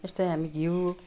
यस्तै हामी घिउ